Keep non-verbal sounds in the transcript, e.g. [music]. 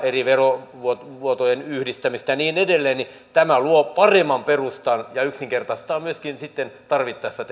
eri veromuotojen yhdistämistä ja niin edelleen tämä luo paremman perustan ja yksinkertaistaa myöskin sitten tarvittaessa [unintelligible]